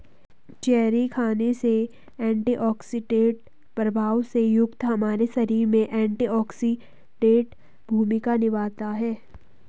cherry खाने से antioxidant प्रभाव से युक्त हमारे शरीर में एंटीऑक्सीडेंट भूमिका निभाता है